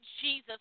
Jesus